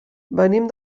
venim